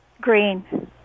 Green